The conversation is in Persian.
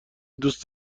دوست